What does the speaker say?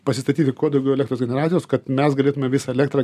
pasistatyti kuo daugiau elektros generacijos kad mes galėtume visą elektrą